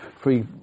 free